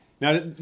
Now